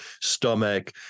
stomach